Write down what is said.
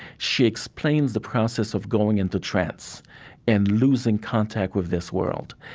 she explains the process of going into trance and losing contact with this world.